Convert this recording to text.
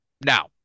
Now